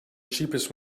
cheapest